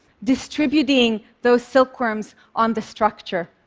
distributing those silkworms on the structure.